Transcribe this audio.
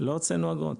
לא הוצאנו אגרות.